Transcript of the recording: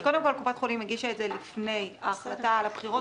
חיכינו את הבחירות הקודמות וראינו שזה נמשך.